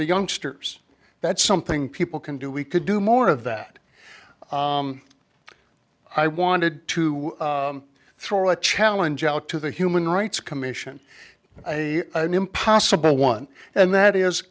the youngsters that's something people can do we could do more of that i wanted to throw a challenge out to the human rights commission a impossible one and that is